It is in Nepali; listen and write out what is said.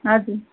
हजुर